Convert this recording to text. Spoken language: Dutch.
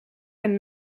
een